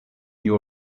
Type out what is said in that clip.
new